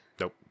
Nope